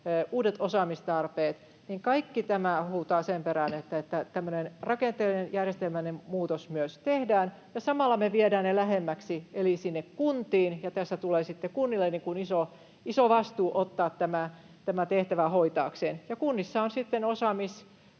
uudet osaamistarpeet — niin kaikki tämä huutaa sen perään, että tämmöinen rakenteellinen järjestelmällinen muutos myös tehdään. Ja samalla me viedään ne lähemmäksi, eli sinne kuntiin. Tässä tulee sitten kunnille iso vastuu ottaa tämä tehtävä hoitaakseen. Kunnissa on sitten